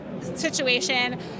situation